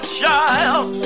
child